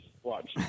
watch